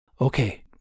Okay